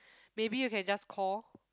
maybe you can just call